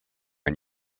and